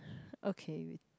okay